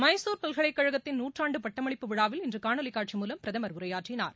மைசூர் பல்கலைக் கழகத்தின் நூற்றாண்டு பட்டமளிப்பு விழாவில் இன்று காணொலி காட்சி மூலம் பிரதமர் உரையாற்றினார்